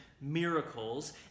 miracles